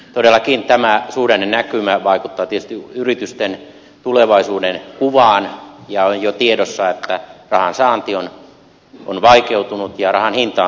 todellakin tämä suhdannenäkymä vaikuttaa tietysti yritysten tulevaisuudenkuvaan ja on jo tiedossa että rahan saanti on vaikeutunut ja rahan hinta on kallistunut